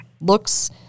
looks